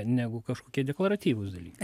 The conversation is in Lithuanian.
negu kažkokie deklaratyvūs dalykai